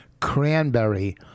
Cranberry